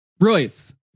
Royce